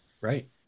Right